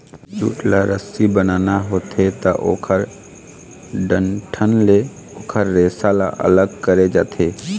jute ल रस्सी बनाना होथे त ओखर डंठल ले ओखर रेसा ल अलग करे जाथे